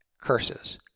curses